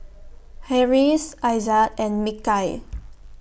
Harris Aizat and Mikhail